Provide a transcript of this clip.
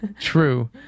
True